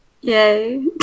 yay